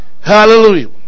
Hallelujah